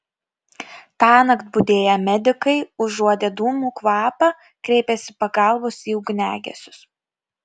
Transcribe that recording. tąnakt budėję medikai užuodę dūmų kvapą kreipėsi pagalbos į ugniagesius